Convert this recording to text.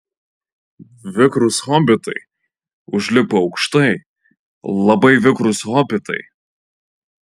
vikrūs hobitai užlipo aukštai labai vikrūs hobitai